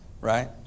right